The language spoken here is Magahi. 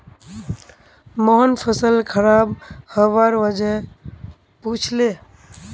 मोहन फसल खराब हबार वजह पुछले